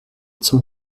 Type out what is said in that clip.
zum